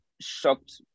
shocked